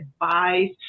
advice